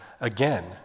Again